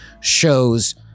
shows